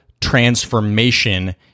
transformation